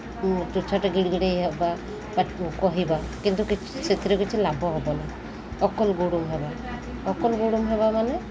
ଚୁଛାଟେ ଗିଡ଼ିଗିଡ଼େଇ ହେବା ବା କହିବା କିନ୍ତୁ ସେଥିରେ କିଛି ଲାଭ ହେବନି ଅକଲ ଗୁଡ଼ମ ହେବା ଅକଲ ଗୁଡ଼ମ ହେବା ମାନେ